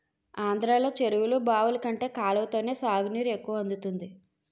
ఆంధ్రలో చెరువులు, బావులు కంటే కాలవతోనే సాగునీరు ఎక్కువ అందుతుంది